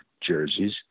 jerseys